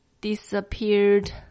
disappeared